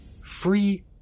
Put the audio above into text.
Free